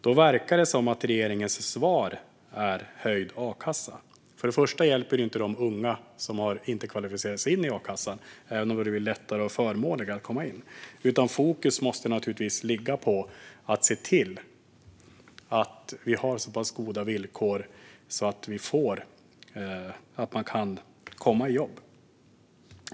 Då verkar det som att regeringens svar är höjd a-kassa. Men det hjälper inte de unga som inte har kvalificerat in sig i a-kassan, även om det har blivit lättare och förmånligare att komma in. Fokus måste naturligtvis i stället ligga på att se till att vi har så pass goda villkor att man kan komma i jobb.